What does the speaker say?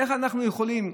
איך אנחנו יכולים,